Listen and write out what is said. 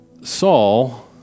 Saul